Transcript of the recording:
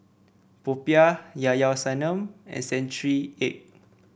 popiah Llao Llao Sanum and Century Egg